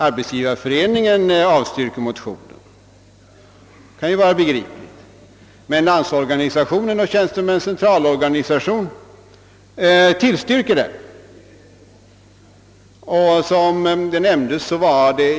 Arbetsgivareföreningen har avstyrkt motionen — det kan ju vara begripligt -— men Landsorganisationen och Tjänstemännens centralorganisation har tillstyrkt den.